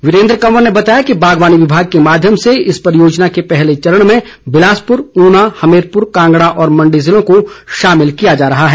वीरेन्द्र कंवर ने बताया कि बागवानी विभाग के माध्यम से इस परियोजना के पहले चरण में बिलासपुर ऊना हमीरपुर कांगड़ा और मण्डी जिलों को शामिल किया जा रहा है